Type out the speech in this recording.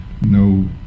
no